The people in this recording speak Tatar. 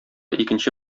икенче